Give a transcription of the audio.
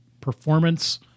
performance